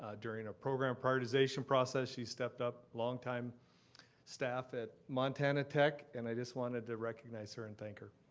ah during her program prioritization process, she stepped up, long time staff at montana tech. and i just wanted to recognize her and thank her.